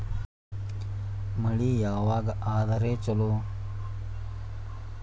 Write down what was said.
ಮಳಿ ಯಾವಾಗ ಆದರೆ ಛಲೋ?